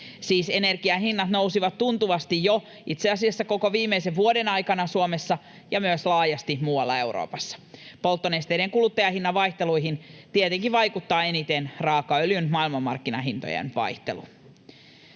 Siis energian hinnat nousivat tuntuvasti itse asiassa jo koko viimeisen vuoden aikana Suomessa ja myös laajasti muualla Euroopassa. Polttonesteiden kuluttajahinnan vaihteluihin tietenkin vaikuttaa eniten raakaöljyn maailmanmarkkinahintojen vaihtelu.